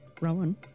Rowan